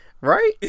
Right